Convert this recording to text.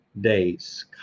days